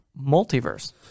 Multiverse